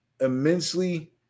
immensely